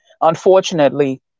unfortunately